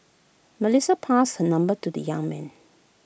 Melissa passed her number to the young man